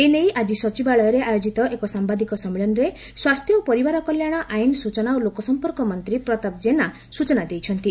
ଏନେଇ ଆଜି ସଚିବାଳୟରେ ଆୟୋଜିତ ଏକ ସାମ୍ଭାଦିକ ସମ୍ମିଳନୀରେ ସ୍ୱାସ୍ଥ୍ୟ ଓ ପରିବାର କଲ୍ୟାଣ ଆଇନ ସୂଚନା ଓ ଲୋକସମ୍ପର୍କ ମନ୍ତୀ ପ୍ରତାପ ଜେନା ସୂଚନା ଦେଇଛନ୍ତି